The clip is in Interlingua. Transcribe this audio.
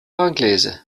anglese